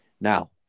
Now